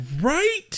Right